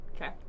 Okay